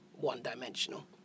one-dimensional